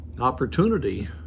opportunity